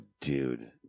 dude